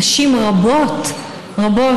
נשים רבות רבות,